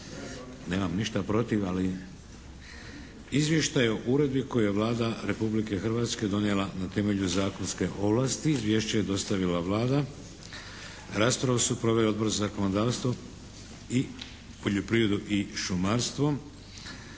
Nemam ništa protiv ali… - Izvještaj o Uredbi koju je Vlada Republike Hrvatske donijela na temelju zakonske ovlasti Izvješće je dostavila Vlada. Raspravu su proveli: Odbor za zakonodavstvo i poljoprivredu i šumarstvo.